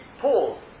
pause